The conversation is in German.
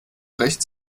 rechts